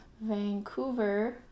Vancouver